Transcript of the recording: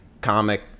comic